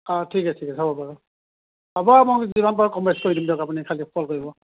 অঁ ঠিক আছে ঠিক আছে হ'ব বাৰু হ'ব মই যিমান পাৰোঁ কম বেচ কৰি দিম দিয়ক আপুনি খালি কল কৰিব